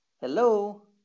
Hello